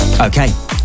Okay